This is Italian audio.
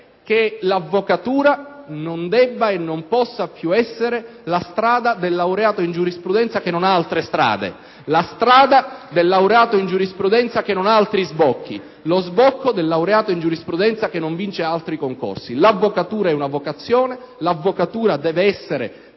che l'avvocatura non debba e non possa più essere la strada del laureato in giurisprudenza che non ha altre strade *(Applausi dal Gruppo PdL e del senatore Mazzatorta)*, la strada del laureato in giurisprudenza che non ha altri sbocchi, lo sbocco del laureato in giurisprudenza che non vince altri concorsi. L'avvocatura è una vocazione; l'avvocatura deve essere